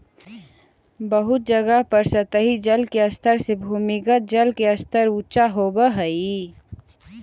बहुत जगह पर सतही जल के स्तर से भूमिगत जल के स्तर ऊँचा होवऽ हई